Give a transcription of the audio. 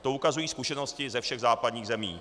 To ukazují zkušenosti ze všech západních zemí.